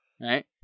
Right